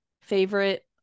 favorite